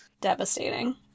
Devastating